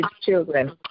children